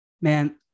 Man